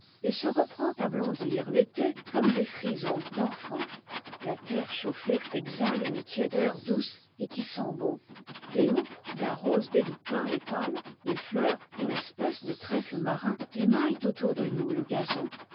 et se reprend à blondir l'été comme des frisons d'enfant la terre chauffée exhale une tiédeur douce et qui sent bon des houppes d'un rose délicat et pâle les fleurs d'une espèce de trèfle marin émaillent autour de nous le gazon